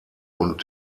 und